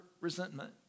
resentment